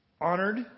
Honored